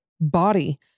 body